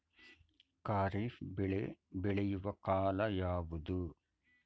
ಖಾರಿಫ್ ಬೆಳೆ ಬೆಳೆಯುವ ಕಾಲ ಯಾವುದು?